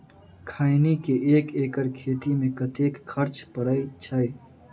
खैनी केँ एक एकड़ खेती मे कतेक खर्च परै छैय?